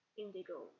indigo